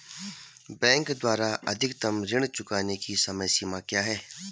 Bank द्वारा अधिकतम ऋण चुकाने की समय सीमा क्या है?